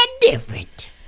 different